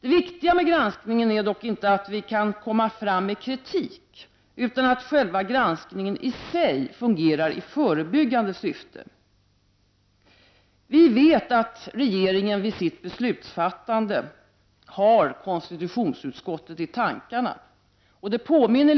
Det viktiga med granskningen är dock inte att vi kan föra fram kritik utan att själva granskningen i sig fungerar i förebyggande syfte. Vi vet att regeringen vid sitt beslutsfattande har konstitutionsutskottet i tankarna. Detta påminner